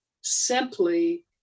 simply